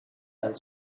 and